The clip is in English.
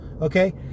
okay